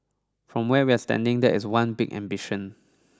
from where we're standing that is one big ambition